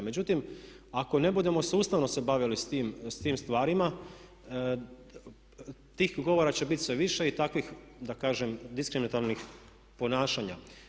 Međutim, ako ne budemo sustavno se bavili s tim stvarima tih govora će biti sve više i takvih da kažem diskriminatornih ponašanja.